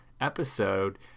episode